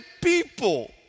people